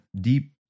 deep